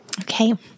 Okay